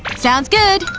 sounds good,